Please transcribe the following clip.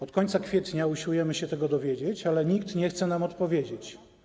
Od końca kwietnia usiłujemy się tego dowiedzieć, ale nikt nie chce nam odpowiedzieć.